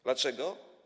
Dlaczego?